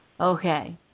Okay